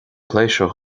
pléisiúir